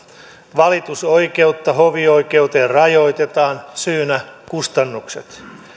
valitusoikeutta hovioikeuteen rajoitetaan syynä kustannukset